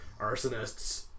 arsonists